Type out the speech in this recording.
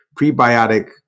prebiotic